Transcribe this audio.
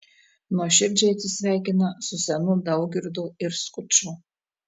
nuoširdžiai atsisveikina su senu daugirdu ir skuču